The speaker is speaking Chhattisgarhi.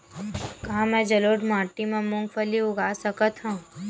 का मैं जलोढ़ माटी म मूंगफली उगा सकत हंव?